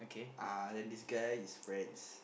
ah then this guy is friends